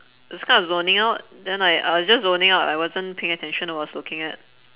was kind of zoning out then I I was just zoning out I wasn't paying attention I was looking at